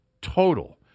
total